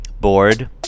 Bored